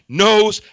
knows